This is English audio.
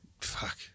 fuck